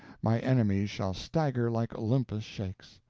my enemies shall stagger like olympus shakes.